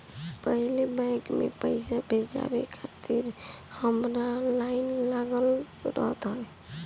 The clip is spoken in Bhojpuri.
पहिले बैंक में पईसा भजावे खातिर लमहर लाइन लागल रहत रहे